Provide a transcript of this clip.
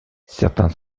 certains